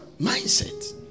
Mindset